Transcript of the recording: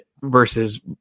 versus